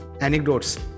anecdotes